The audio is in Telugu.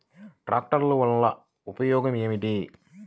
ట్రాక్టర్లు వల్లన ఉపయోగం ఏమిటీ?